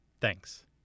Thanks